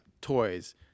toys